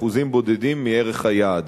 אחוזים בודדים מערך היעד.